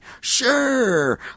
Sure